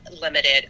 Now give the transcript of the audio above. limited